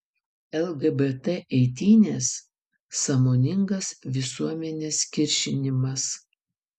lgbt eitynės sąmoningas visuomenės kiršinimas